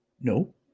No